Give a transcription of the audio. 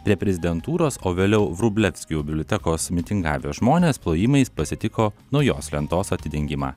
prie prezidentūros o vėliau vrublevskių bibliotekos mitingavę žmonės plojimais pasitiko naujos lentos atidengimą